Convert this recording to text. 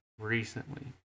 recently